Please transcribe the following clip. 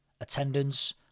attendance